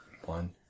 One